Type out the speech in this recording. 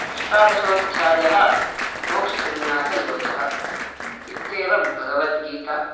अष्टादशोध्यायः मोक्षसंन्यासयोगः इत्येवं भगवद्गीता